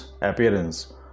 appearance